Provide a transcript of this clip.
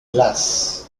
blas